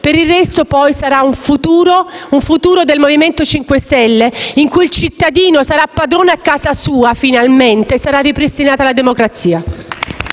Per il resto, sarà un futuro del Movimento 5 Stelle, in cui il cittadino sarà finalmente padrone a casa sua e sarà ripristinata la democrazia.